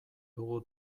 dugu